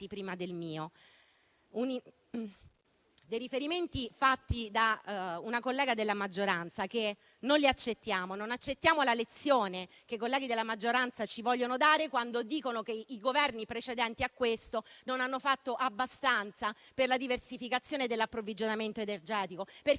prima del mio. Non accettiamo i riferimenti fatti da una collega della maggioranza: non accettiamo la lezione che i colleghi della maggioranza ci vogliono dare, quando dicono che i Governi precedenti a questo non hanno fatto abbastanza per la diversificazione dell'approvvigionamento energetico.